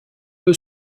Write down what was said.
peu